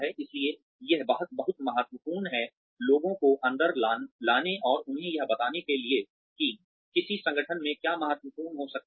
इसलिए यह बहुत महत्वपूर्ण है लोगों को अंदर लाने और उन्हें यह बताने के लिए कि किसी संगठन में क्या महत्वपूर्ण हो सकता है